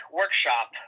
workshop